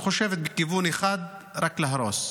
היא חושבת בכיוון אחד: רק להרוס.